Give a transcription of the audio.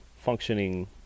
functioning